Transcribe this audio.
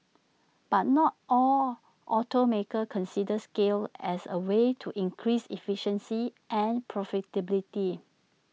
but not all automakers consider scale as A way to increased efficiency and profitability